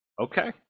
Okay